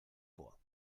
vor